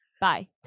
bye